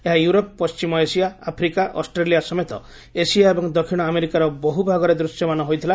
ଏହା ଇଉରୋପ ପଣ୍ଟିମ Asia Africa Australia ସମେତ ଏସିଆ ଏବଂ ଦକ୍ଷିଣ ଆମେରିକାର ବହୁ ଭାଗରେ ଦୃଶ୍ୟମାନ ହୋଇଥିଲା